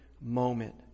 moment